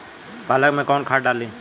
पालक में कौन खाद डाली?